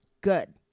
good